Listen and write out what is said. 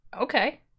Okay